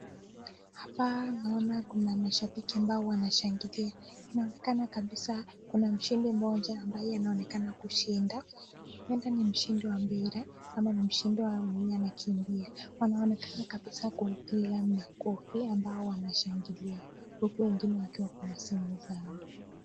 Hapa naona kuna mashabiki ambao wanashangilia. Inaonekana kabisa kuna mshindi mmoja ambaye anaonekana kushinda, huenda ni mshindi wa mpira ama ni mshindi wa mwenye anakimbia. Wanaonekana kabisa kupiga makofi ambao wanashangilia, huku wengine wakiwa kwa masimu zao.